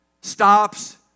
stops